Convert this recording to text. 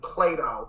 Plato